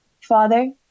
Father